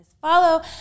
follow